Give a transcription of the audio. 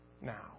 now